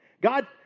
God